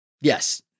Yes